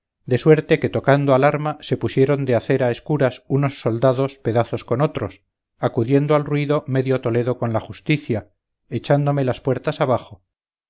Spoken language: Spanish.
de suerte que tocando al arma se hubieron de hacer a escuras unos soldados pedazos con otros acudiendo al ruido medio toledo con la justicia echándome las puertas abajo